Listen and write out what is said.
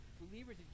believers